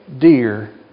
dear